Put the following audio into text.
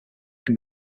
can